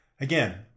Again